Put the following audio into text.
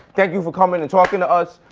thank you for coming and talking to us.